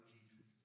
Jesus